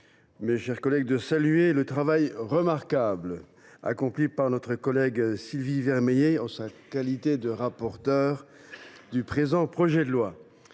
permettez moi de saluer le travail remarquable accompli par notre collègue Sylvie Vermeillet en sa qualité de rapporteure du présent projet de loi.